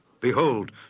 Behold